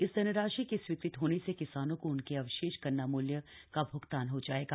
इस धनराशि के स्वीकृत होने से किसानों को उनके अवशेष गन्ना मूल्य का भ्गतान हो जायेगा